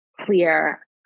clear